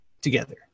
together